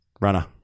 runner